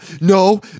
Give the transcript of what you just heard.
no